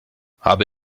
habe